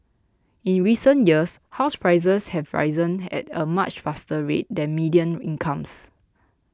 in recent years house prices have risen at a much faster rate than median incomes